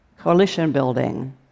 coalition-building